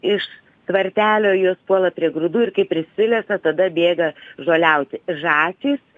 iš tvartelio jos puola prie grūdų ir kaip prisilesa tada bėga žoliauti žąsys